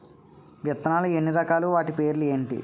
విత్తనాలు ఎన్ని రకాలు, వాటి పేర్లు ఏంటి?